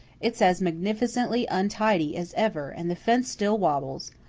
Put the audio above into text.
it's as magnificently untidy as ever, and the fence still wobbles.